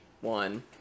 one